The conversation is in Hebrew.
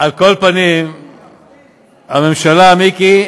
על כל פנים, הממשלה, מיקי,